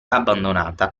abbandonata